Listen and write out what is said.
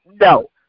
No